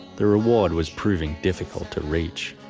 the reward was proving difficult to reach.